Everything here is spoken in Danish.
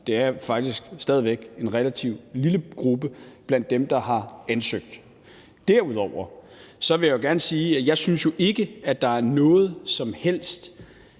det er faktisk stadig væk en relativt lille gruppe blandt dem, der har ansøgt. Derudover vil jeg gerne sige, at jeg jo ikke synes, at der er noget som helst